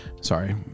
sorry